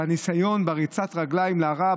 בריצת רגליים להרע,